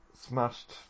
smashed